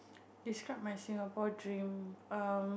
describe my Singapore dream um